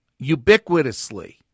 ubiquitously